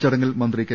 ചടങ്ങിൽ മന്ത്രി കെ